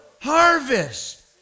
harvest